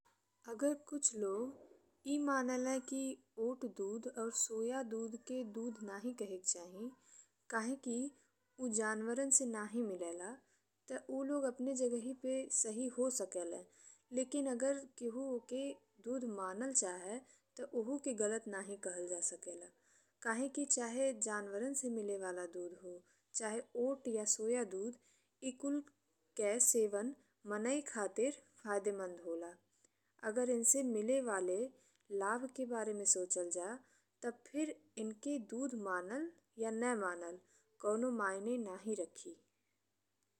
अगर कछ लोग ए मानेले कि ओट दूध और सोया दूध के दूध नाहीं कहेक चाही काहेकि ऊ जानवरन से नाहीं मिले ला। ते ऊ लोग अपने जगही पे सही हो सकेले, लेकिन अगर केहु ओके दूध मानल चाहे ते ओहू के गलत नाहीं कहल जा सकेला। काहेकि चाहे जानवरन से मिले वाला दूध ओ चाहे ओट या सोया दूध ई कुल के सेवन माने खातिर फायदेमंद होला। अगर इनसे मिले वाले लाभ के बारे में सोचल जा तब फिर इनके दूध मानल या न मानल काउनो मायने नाहीं रखी।